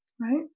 right